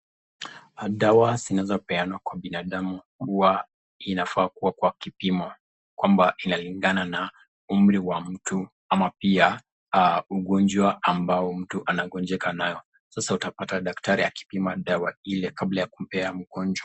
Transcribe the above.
Dawa zinazo peanwa kwa binadamu huwa inafaa kuwa kwa kipimo kwamba inalingana na umri wa mtu ama pia ugonjwa ambao mtu anagonjeka nayo. Sasa utapata daktari akipima dawa ile kabla ya kumpa mgonjwa.